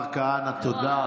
השר כהנא, תודה.